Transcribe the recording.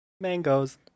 Mangoes